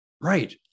right